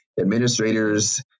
Administrators